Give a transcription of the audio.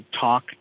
talk